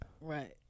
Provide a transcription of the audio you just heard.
Right